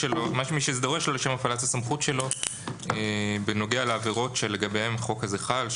שדרוש לו לצורך הפעלת הסמכות שלו בנוגע לעבירות שלגביהן החוק הזה חל,